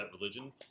religion